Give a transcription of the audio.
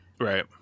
Right